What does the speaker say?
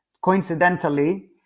coincidentally